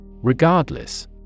Regardless